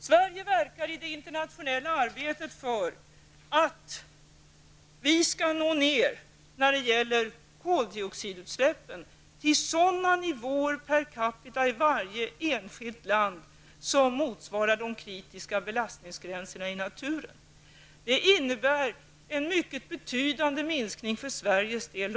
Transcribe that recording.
Sverige verkar i det internationella arbetet för att vi när det gäller koldioxidutsläppen skall nå ned till sådana nivåer per capita i varje enskilt land som motsvarar de kritiska belastningsgränserna i naturen. Det innebär en mycket betydande minskning långsiktigt för Sveriges del.